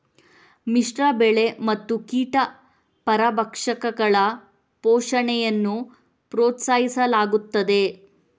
ಮಿಶ್ರ ಬೆಳೆ ಮತ್ತು ಕೀಟ ಪರಭಕ್ಷಕಗಳ ಪೋಷಣೆಯನ್ನು ಪ್ರೋತ್ಸಾಹಿಸಲಾಗುತ್ತದೆ